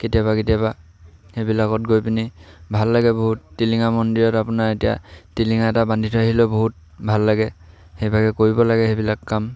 কেতিয়াবা কেতিয়াবা সেইবিলাকত গৈ পিনি ভাল লাগে বহুত টিলিঙা মন্দিৰত আপোনাৰ এতিয়া টিলিঙা এটা বান্ধি থৈ আহিলেও বহুত ভাল লাগে সেইভাগে কৰিব লাগে সেইবিলাক কাম